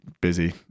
busy